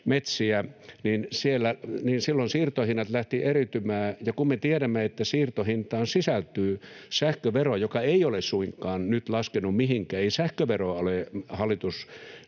silloin siirtohinnat lähtivät eriytymään. Ja kun me tiedämme, että siirtohintaan sisältyy sähkövero, joka ei ole suinkaan nyt laskenut mihinkään — ei sähköveroa ole hallitus